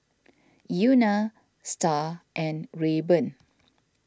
Euna Star and Rayburn